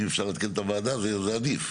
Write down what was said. אם אפשר לעדכן את הוועדה, זה עדיף.